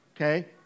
okay